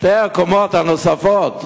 על שתי הקומות הנוספות,